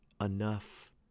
enough